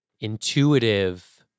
intuitive